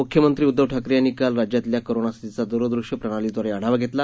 मुख्यमंत्री उद्दव ठाकरे यांनी काल राज्यातल्या कोरोना स्थितीचा दूरदृश्य प्रणालीद्वारे आढावा घेतला